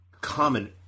common